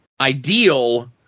ideal